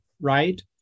right